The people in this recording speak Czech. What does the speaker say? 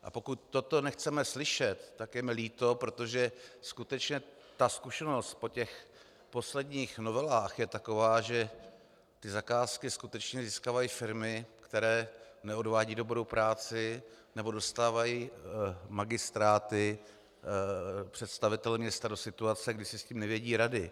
A pokud toto nechceme slyšet, tak je mi líto, protože skutečně ta zkušenost po těch posledních novelách je taková, že zakázky skutečně získávají firmy, které neodvádějí dobrou práci nebo dostávají magistráty, představitele města, do situace, kdy si s tím nevědí rady.